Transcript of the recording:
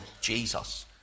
Jesus